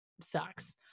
sucks